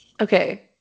Okay